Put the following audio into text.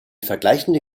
vergleichende